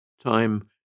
Time